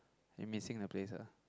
you missing the place ah